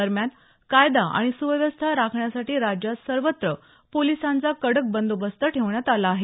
दरम्यान कायदा आणि सुव्यवस्था राखण्यासाठी राज्यात सर्वत्र पोलिसांचा कडक बंदोबस्त ठेवण्यात आला आहे